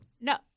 No